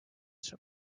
saab